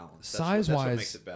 Size-wise